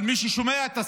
אבל מי ששומע את השר,